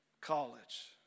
college